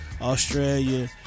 Australia